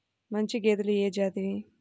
మంచి గేదెలు ఏ జాతివి?